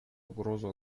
угрозу